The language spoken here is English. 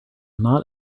not